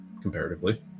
comparatively